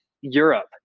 Europe